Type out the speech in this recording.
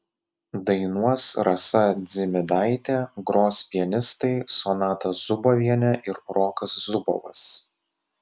dainuos rasa dzimidaitė gros pianistai sonata zubovienė ir rokas zubovas